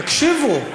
תקשיבו,